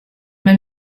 man